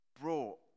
brought